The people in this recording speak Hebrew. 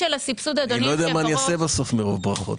אני לא יודע מה אעשה בסוף מרוב ברכות.